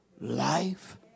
life